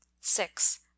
six